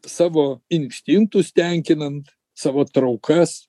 savo instinktus tenkinant savo traukas